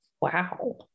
wow